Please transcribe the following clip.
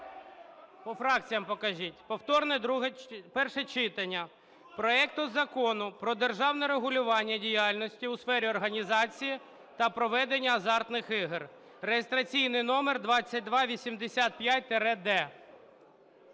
По фракціях покажіть. Повторне друге… перше читання проекту Закону про державне регулювання діяльності у сфері організації та проведення азартних ігор (реєстраційний номер 2285-д).